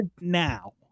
now